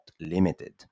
limited